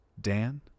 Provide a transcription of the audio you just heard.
Dan